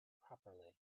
properly